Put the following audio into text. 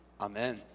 Amen